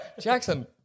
Jackson